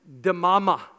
demama